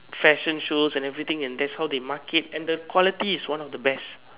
fashion shows and everything and that's how they market and the quality is one of the best